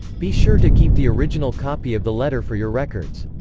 be sure to keep the original copy of the letter for your records.